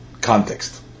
context